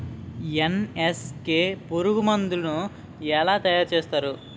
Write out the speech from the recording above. NSK పురుగు మందు ను ఎలా తయారు చేస్తారు?